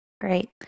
Great